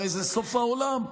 הרי זה סוף העולם.